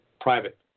private